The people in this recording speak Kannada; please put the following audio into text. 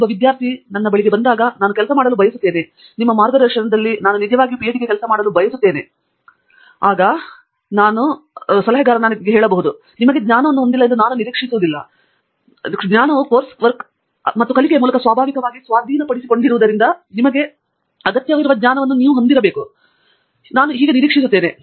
ಒಬ್ಬ ವಿದ್ಯಾರ್ಥಿ ನನ್ನ ಬಳಿಗೆ ಬಂದಾಗ ನಾನು ಕೆಲಸ ಮಾಡಲು ಬಯಸುತ್ತೇನೆ ನಿಮ್ಮ ಮಾರ್ಗದರ್ಶನದಲ್ಲಿ ನಾನು ನಿಜವಾಗಿಯೂ ಪಿಹೆಚ್ಡಿಗೆ ಕೆಲಸ ಮಾಡಲು ಬಯಸುತ್ತೇನೆ ನಾನು ನಿಮಗೆ ಜ್ಞಾನವನ್ನು ಹೊಂದಿಲ್ಲ ಎಂದು ನಾನು ನಿರೀಕ್ಷಿಸುವುದಿಲ್ಲ ಪ್ರಶ್ನೆಗೆ ಹಿಂತಿರುಗಿ ಜ್ಞಾನವು ಕೋರ್ಸ್ ಕೆಲಸ ಮತ್ತು ಕಲಿಕೆಯ ಮೂಲಕ ಸ್ವಾಭಾವಿಕವಾಗಿ ಸ್ವಾಧೀನಪಡಿಸಿಕೊಂಡಿರುವುದರಿಂದ ನಿಮಗೆ ಅಗತ್ಯವಿರುವ ಜ್ಞಾನವನ್ನು ಹೊಂದಬೇಕೆಂದು ನೀವು ನಿರೀಕ್ಷಿಸುತ್ತೀರಿ